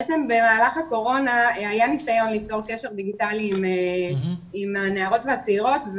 בעצם במהלך הקורונה היה ניסיון ליצור קשר דיגיטלי עם הנערות והצעירות.